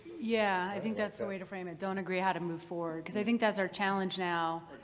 yeah, i think that's the way to frame it. don't agree how to move forward, because i think that's our challenge now.